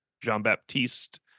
Jean-Baptiste